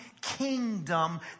kingdom